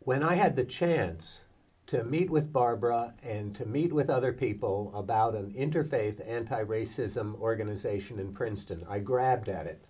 when i had the chance to meet with barbara and to meet with other people about the interfaith anti racism organization in princeton i grabbed at it